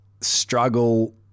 struggle